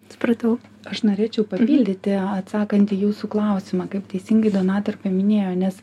supratau aš norėčiau papildyti atsakant į jūsų klausimą kaip teisingai donata ir paminėjo nes